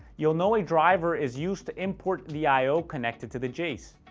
you'll know a driver is used to import the i o connected to the jace.